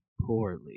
poorly